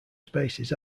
spaces